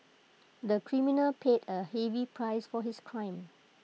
the criminal paid A heavy price for his crime